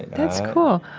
that's cool.